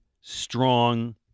strong